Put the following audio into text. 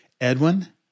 Edwin